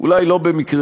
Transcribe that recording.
אולי לא במקרה.